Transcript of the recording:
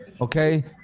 okay